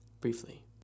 briefly